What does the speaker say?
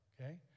Okay